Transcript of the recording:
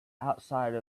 outside